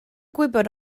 gwybod